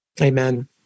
Amen